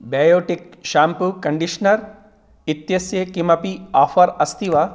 Biotique shampoo conditioner इत्यस्य किमपि offer अस्ति वा